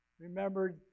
remembered